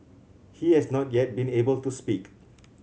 he has not yet been able to speak